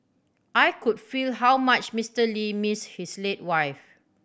I could feel how much Mister Lee missed his late wife